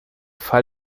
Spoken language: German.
fall